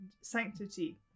sanctity